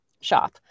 shop